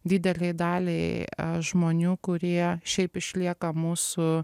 didelei daliai žmonių kurie šiaip išlieka mūsų